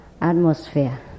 atmosphere